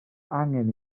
angen